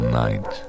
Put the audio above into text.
night